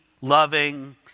loving